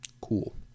Cool